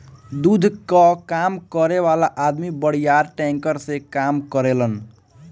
दूध कअ काम करे वाला अदमी बड़ियार टैंकर से काम करेलन